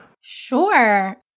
Sure